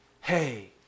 hey